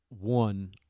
one